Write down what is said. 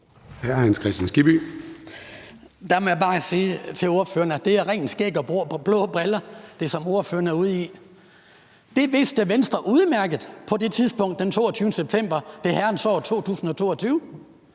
Der må jeg bare sige til ordføreren, at det er rent skæg og blå briller, hvad ordføreren er ude i. Det vidste Venstre udmærket på det tidspunkt, den 30. september det herrens år 2022.